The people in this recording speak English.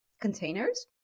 containers